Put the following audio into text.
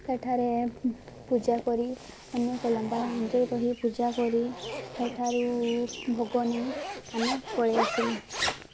ସେଠାରେ ପୂଜା କରି ଅନେକ ଲମ୍ବା ଲାଇନ୍ରେ ରହି ପୂଜା କରି ସେଠାରୁ ଭୋଗନେଇ ଆମେ ପଳେଇ ଆସିଲୁ